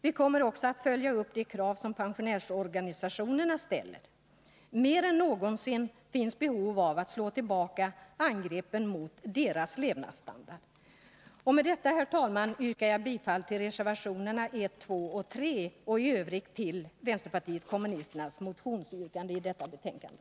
Vi kommer också att följa upp de krav som pensionärsorganisationerna ställer. Nr 46 Mer än någonsin finns behov av att slå tillbaka angreppen mot deras levnadsstandard. Med detta, herr talman, yrkar jag bifall till reservationerna 1, 2 och 3 och i övrigt till de motionsyrkanden från vpk som behandlas i detta betänkande.